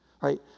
Right